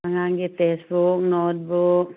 ꯑꯉꯥꯡꯒꯤ textbook notebook